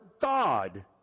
God